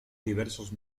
diversos